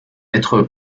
être